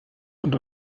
und